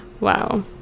wow